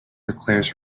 declares